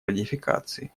ратификации